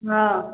हॅं